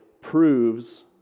proves